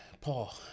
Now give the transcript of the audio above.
Paul